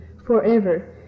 forever